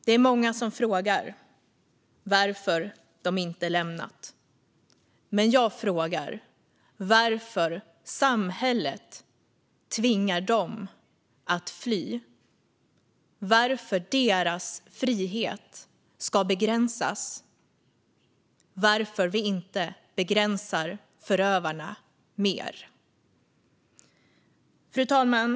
Det är många som frågar varför de inte har lämnat männen, men jag frågar: Varför tvingar samhället dem att fly? Varför ska deras frihet begränsas? Varför begränsar vi inte förövarna mer? Fru talman!